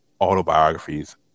autobiographies